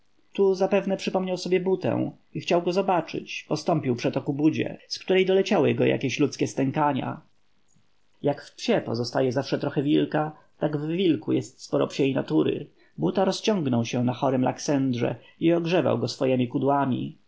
zapewne przypomniał sobie butę i chciał go zobaczyć postąpił przeto ku budzie z której doleciały go jakieś ludzkie stękania jak w psie pozostaje zawsze trochę wilka tak w wilku jest sporo psiej natury buta rozciągnął się na chorym laksendrze i ogrzewał go swojemi kudłami